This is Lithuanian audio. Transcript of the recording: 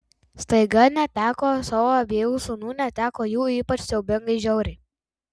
staiga neteko savo abiejų sūnų neteko jų ypač siaubingai žiauriai